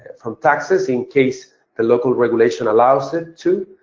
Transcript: from taxes in case the local regulation allows it to.